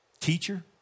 teacher